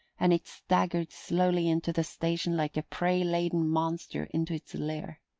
and it staggered slowly into the station like a prey-laden monster into its lair.